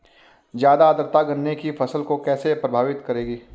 ज़्यादा आर्द्रता गन्ने की फसल को कैसे प्रभावित करेगी?